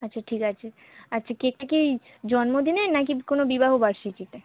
আচ্ছা ঠিক আছে আচ্ছা কেকটা কি জন্মদিনের না কি কোনো বিবাহবার্ষিকীতে